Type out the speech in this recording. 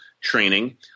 training